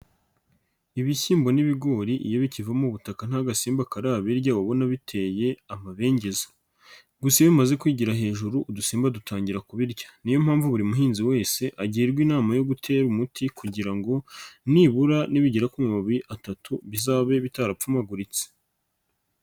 Ibishyimbo n'ibigori iyo bikivamo ubutaka nta gasimba karababirya uba ubona biteye amabengeza gusa iyo bimaze kwigira hejuru udusimba dutangira kubirya niyo mpamvu buri muhinzi wese agirwa inama yo gutera umuti kugira ngo nibura nibigera ku mababi atatu bizabe bitarapfumaguritse.